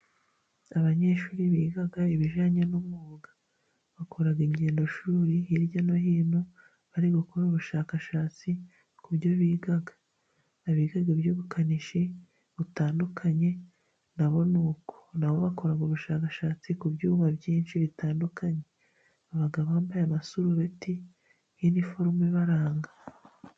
Abanyeshuri biga ibijyanye n' umwuga, bakora ingendoshuri hirya no hino barigukora ubushakashatsi, ku byo biga; abiga iby' ubukanishi butandukanye nabo ni uko nabo bakora ubushakashatsi, ku byumba byinshi bitandukanye, baba bambaye amasarubeti ni niforume ibaranga.